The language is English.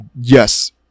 yes